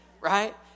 Right